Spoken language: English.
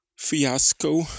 Fiasco